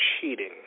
cheating